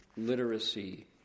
literacy